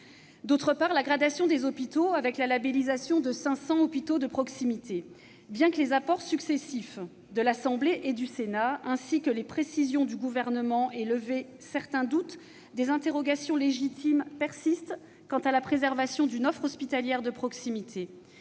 ainsi que la gradation des hôpitaux, avec la labellisation de 500 hôpitaux de proximité. Bien que les apports successifs de l'Assemblée nationale et du Sénat, ainsi que les précisions du Gouvernement, aient levé certains doutes, des interrogations légitimes persistent quant à la préservation d'une offre hospitalière de proximité.